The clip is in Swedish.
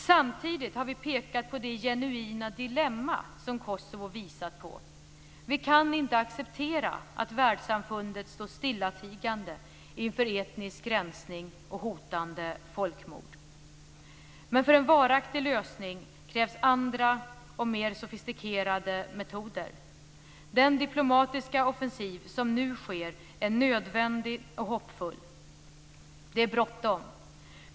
Samtidigt har vi pekat på det genuina dilemma som Kosovo visar på. Vi kan inte acceptera att världssamfundet står stillatigande inför etnisk rensning och hotande folkmord. För en varaktig lösning krävs det andra och mer sofistikerade metoder. Den diplomatiska offensiv som nu sker är nödvändig och hoppfull. Det är bråttom.